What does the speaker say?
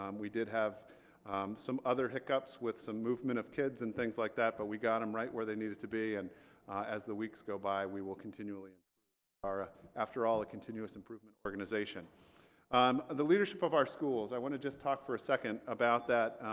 um we did have some other hiccups with some movement of kids and things like that but we got them right where they needed to be and as the weeks go by we will continually um are ah after all a continuous improvement organization um the leadership of our schools i want to just talk for a second about that.